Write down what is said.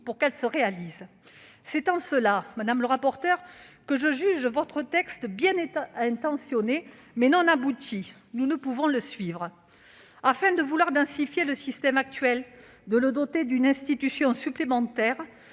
pour qu'elle se réalise. C'est en cela, madame la rapporteure, que je juge votre texte bien intentionné, mais non abouti. Nous ne pouvons le suivre. Avant de vouloir densifier le système actuel en le dotant d'une institution supplémentaire,